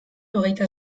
hogeita